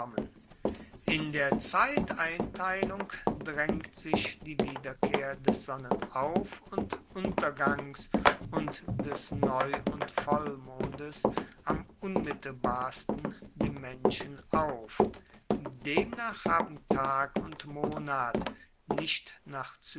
in der zeiteinteilung draengt sich die wiederkehr des sonnenauf und unterganges und des neu und vollmondes am unmittelbarsten dem menschen auf demnach haben tag und monat nicht nach